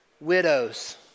widows